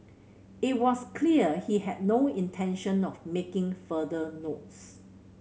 it was clear he had no intention of making further notes